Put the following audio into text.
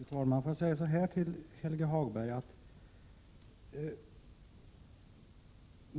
Fru talman! Får jag säga så här till Helge Hagberg.